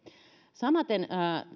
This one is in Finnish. samaten